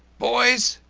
boys!